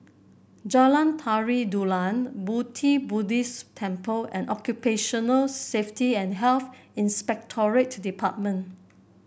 Jalan Tari Dulang Pu Ti Buddhist Temple and Occupational Safety and Health Inspectorate Department